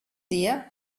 dia